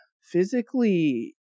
physically